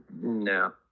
No